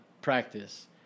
practice